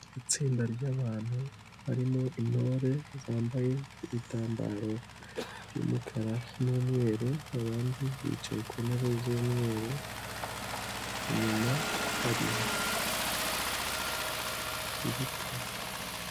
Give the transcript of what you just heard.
Itsinda ry'abantu barimo intore zambaye ibitambaro by'umukara n'umweru, abandi bicaye ku ntebe z'umweru inyuma hari ibiti.